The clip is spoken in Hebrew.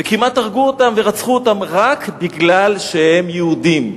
וכמעט הרגו אותם ורצחו אותם, רק כי הם יהודים.